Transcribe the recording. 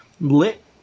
lit